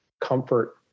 comfort